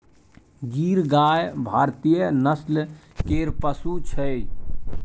गीर गाय भारतीय नस्ल केर पशु छै